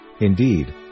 Indeed